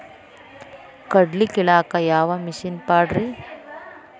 ಕಡ್ಲಿ ಕೇಳಾಕ ಯಾವ ಮಿಷನ್ ಪಾಡ್ರಿ?